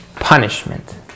punishment